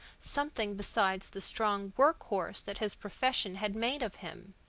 something besides the strong work-horse that his profession had made of him.